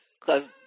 Cause